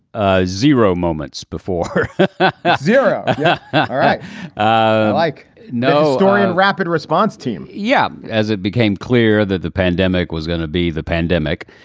ah zero moments before zero. but all right. ah like no dorian rapid response team. yeah. as it became clear that the pandemic was going to be the pandemic.